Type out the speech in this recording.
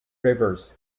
rivers